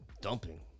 dumping